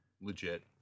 legit